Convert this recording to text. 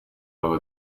aba